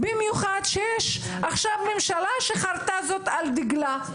במיוחד שיש עכשיו ממשלה שחרטה זאת על דגלה.